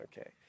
Okay